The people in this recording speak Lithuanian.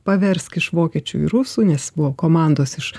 paversk iš vokiečių į rusų nes buvo komandos iš